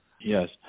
yes